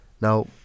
Now